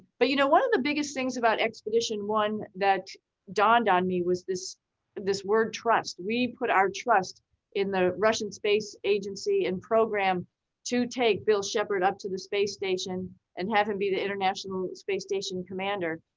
but you know one of the biggest things about expedition one that dawned on me was this this word trust. we put our trust in the russian space agency and program to take bill shepherd up to the space station and have him be the international space station commander.